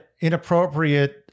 inappropriate